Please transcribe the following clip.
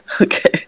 Okay